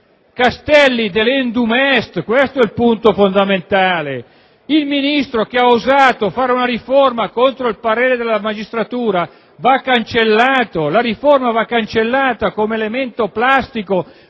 «Castelli *delendum* *est*», questo è il punto fondamentale. Il Ministro che ha osato varare una riforma contro il parere della magistratura va cancellato, la riforma va cancellata come elemento plastico